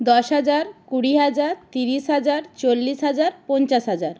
দশ হাজার কুড়ি হাজার তিরিশ হাজার চল্লিশ হাজার পঞ্চাশ হাজার